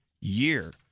year